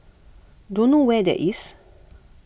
don't know where that is